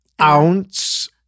ounce